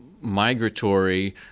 migratory